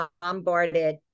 bombarded